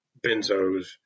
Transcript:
benzos